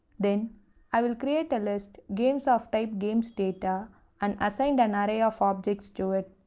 then i will create a list games of type gamesdata and assigned an array of objects to it.